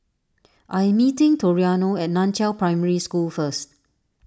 I am meeting Toriano at Nan Chiau Primary School first